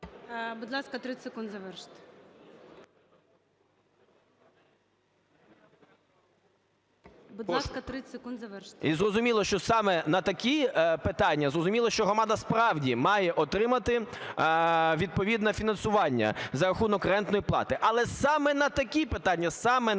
І зрозуміло, що саме на такі питання, зрозуміло, що громада справді має отримати відповідне фінансування за рахунок рентної плати. Але саме на такі питання, саме на… як я